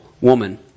woman